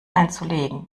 einzulegen